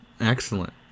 Excellent